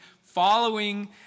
following